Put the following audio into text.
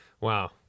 Wow